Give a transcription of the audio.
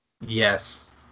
Yes